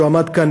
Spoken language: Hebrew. כשהוא עמד כאן,